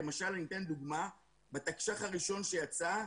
אתן דוגמה: בתקש"ח הראשון שיצא,